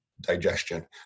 digestion